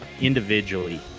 individually